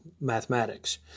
mathematics